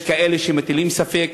יש כאלה שמטילים ספק,